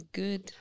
good